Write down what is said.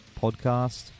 podcast